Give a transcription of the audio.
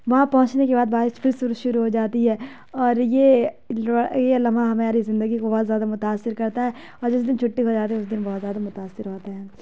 وہاں پہنچنے کے بعد بارش پھر شروع ہو جاتی ہے اور یہ یہ لمحہ ہماری زندگی کو بہت زیادہ متأثر کرتا ہے اور جس دن چھٹی ہو جاتی ہے اس دن بہت زیادہ متأثر ہوتے ہیں ہم